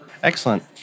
Excellent